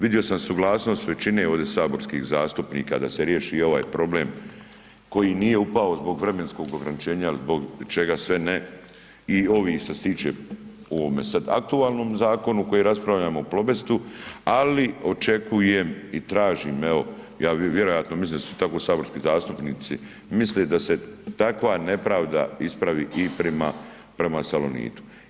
Vidio sam suglasnost većine ovdje saborskih zastupnika da se riješi i ovaj problem koji nije upao zbog vremenskog ograničenja ili zbog čega sve ne i ovi što se tiče u ovome sada aktualnom zakonu o kojem raspravljamo „Plobestu“, ali očekujem i tražim, evo ja vjerojatno mislim da su tako saborski zastupnici misle da se takva nepravda ispravi i prema „Salonitu“